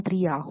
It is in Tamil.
3 ஆகும்